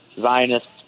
Zionists